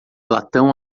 latão